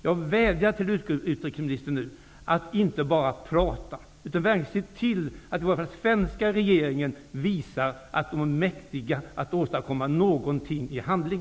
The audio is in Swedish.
Jag vädjar nu till utrikesministern att inte bara prata, utan att verkligen se till att den svenska regeringen visar att man är mäktig att åstadkomma någonting i handling.